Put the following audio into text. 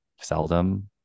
seldom